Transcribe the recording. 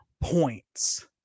points